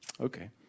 Okay